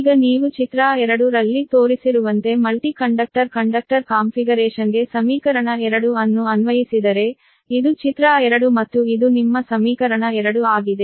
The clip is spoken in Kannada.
ಈಗ ನೀವು ಚಿತ್ರ 2 ರಲ್ಲಿ ತೋರಿಸಿರುವಂತೆ ಮಲ್ಟಿ ಕಂಡಕ್ಟರ್ ಕಂಡಕ್ಟರ್ ಕಾನ್ಫಿಗರೇಶನ್ಗೆ ಸಮೀಕರಣ 2 ಅನ್ನು ಅನ್ವಯಿಸಿದರೆ ಇದು ಚಿತ್ರ 2 ಮತ್ತು ಇದು ನಿಮ್ಮ ಸಮೀಕರಣ 2 ಆಗಿದೆ